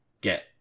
get